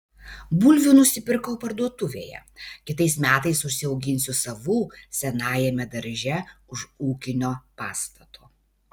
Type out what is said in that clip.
bulvių nusipirkau parduotuvėje kitais metais užsiauginsiu savų senajame darže už ūkinio pastato